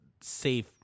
safe